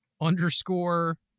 underscore